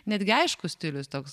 netgi aiškus stilius toks